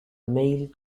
male